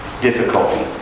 Difficulty